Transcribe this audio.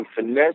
finesse